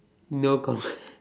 no comment